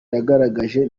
yagaragaje